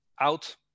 out